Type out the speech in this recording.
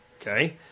Okay